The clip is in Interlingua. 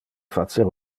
facer